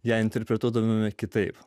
ją interpretuodavome kitaip